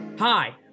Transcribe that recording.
Hi